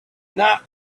not